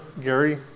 Gary